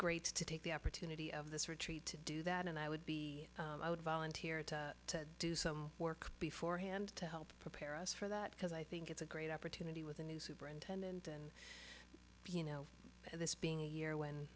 great to take the opportunity of this retreat to do that and i would be i would volunteer to do some work before hand to help prepare us for that because i think it's a great opportunity with the superintendent and you know this being a year when